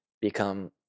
become